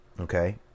Okay